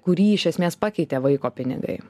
kurį iš esmės pakeitė vaiko pinigai